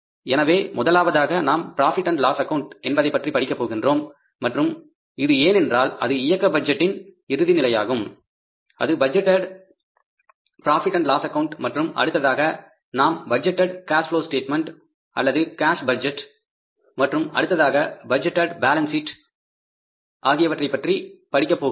எனவே முதலாவதாக நாம் ப்ராபிட் அண்ட் லாஸ் ஆக்கவுண்ட் என்பதைப்பற்றி படிக்கப் போகிறோம் மற்றும் இது ஏனென்றால் அது ஆப்பரேட்டிங் பட்ஜெட் இறுதி நிலையாகும் அது budgeted profit and loss account மற்றும் அடுத்ததாக நாம் பட்ஜெட்டேட் கேஸ் புலோ ஸ்டேட்மென்ட் அல்லது கேஸ் பட்ஜெட் மற்றும் அடுத்ததாக பட்ஜெட்டேட் பேலன்ஸ் ஷீட் ஆகியவற்றை பற்றி படிக்கப் போகிறோம்